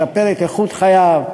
לשפר את איכות חייו,